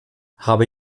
habe